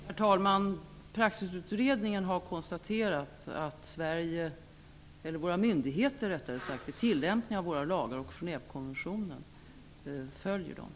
Herr talman! Praxisutredningen har konstaterat att våra myndigheter vid sin tillämpning av våra lagar och Genèvekonventionen följer dessa.